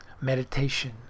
meditation